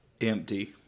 Empty